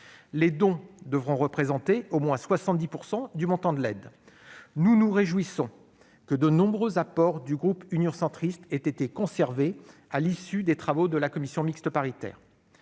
les dons devront représenter au moins 70 % du montant de l'aide. Nous nous réjouissons que de nombreux apports du groupe Union Centriste aient été conservés à l'issue des travaux de la commission mixte paritaire.